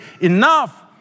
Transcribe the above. enough